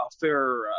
fair